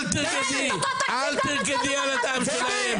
תראה לי -- על תושבי -- אל תרקדי אל תרקדי על הדם שלהם,